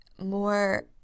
more